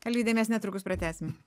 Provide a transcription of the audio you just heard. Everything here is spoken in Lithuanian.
alvydai mes netrukus pratęsim